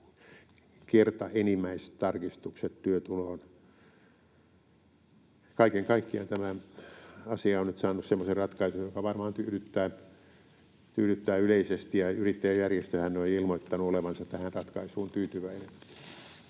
kertaenimmäistarkistukset työtuloon. Kaiken kaikkiaan tämä asia on nyt saanut semmoisen ratkaisun, joka varmaan tyydyttää yleisesti, ja yrittäjäjärjestöhän on ilmoittanut olevansa tähän ratkaisuun tyytyväinen.